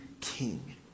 king